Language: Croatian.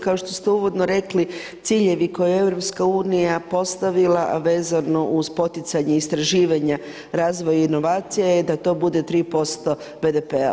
Kao što ste uvodno rekli ciljevi koje je EU postavila, a vezano uz poticanje istraživanja razvoja i inovacija je da to bude 3% BDP-a.